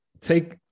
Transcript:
take